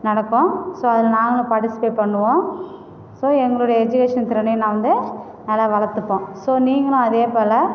நடக்கும் ஸோ அதில் நாங்களும் பார்ட்டிசிபேட் பண்ணுவோம் ஸோ எங்களுடைய எஜிகேஷன் திறனையும் நான் வந்து நல்லா வளர்த்துப்போம் ஸோ நீங்களும் அதே போல்